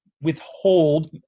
withhold